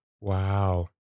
Wow